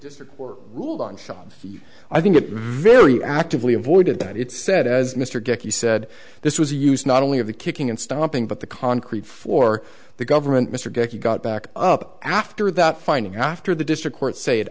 district court ruled on i think very actively avoided that it said as mr dickey said this was a use not only of the kicking and stomping but the concrete for the government mr grech you got back up after that finding after the district court say it